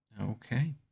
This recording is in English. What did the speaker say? Okay